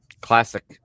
Classic